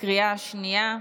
בקריאה השנייה.